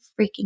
freaking